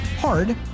Hard